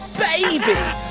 baby.